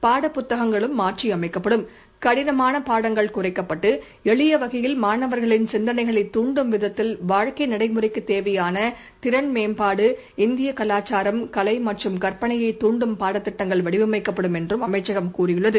பாடப் புத்தகங்களும் மாற்றியமைக்கப்படும் கடினமான பாடங்கள் குறைக்கப்பட்டு எளிய வகையில் மாணவர்களின் சிந்தனைகளைத் தூண்டும் விதத்தில் வாழ்க்கை நடைமுறைக்குத் தேவையான திறன் மேம்பாடு இநதிய கலாச்சாரம் கலை மற்றும் கற்பனையை தூண்டும் பாடத்திட்டங்கள் வடிவமைக்கப்படும் என்றும் அமைச்சகம் கூறியுள்ளது